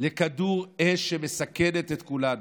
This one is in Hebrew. לכדור אש שמסכנת את כולנו.